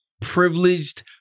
privileged